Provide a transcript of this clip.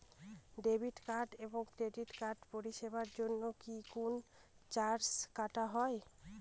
Debit card এবং credit কার্ডের পরিষেবার জন্য কি কোন চার্জ কাটা হয়?